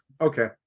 Okay